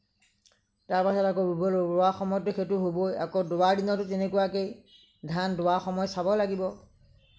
তাৰপিছত আকৌ ৰোৱা সময়ততো সেইটো হবই আকৌ দোৱা দিনতো তেনেকুৱাকেই ধান দোৱা সময় চাব লাগিব